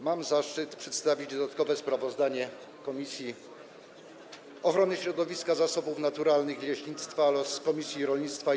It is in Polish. Mam zaszczyt przedstawić dodatkowe sprawozdanie Komisji Ochrony Środowiska, Zasobów Naturalnych i Leśnictwa oraz Komisji Rolnictwa i